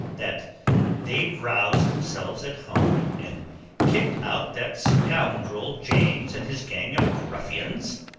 that they've roused themselves at home, and kicked out that scoundrel james and his gang of ruffians?